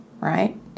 right